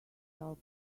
help